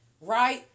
Right